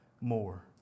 more